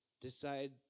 decide